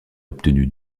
obtenu